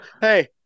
hey